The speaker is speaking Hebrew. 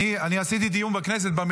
אני, אל